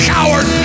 Coward